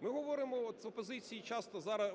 Ми говоримо…